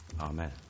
Amen